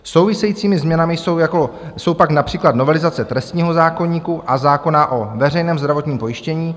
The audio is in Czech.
Souvisejícími změnami jsou pak například novelizace trestního zákoníku a zákona o veřejném zdravotním pojištění.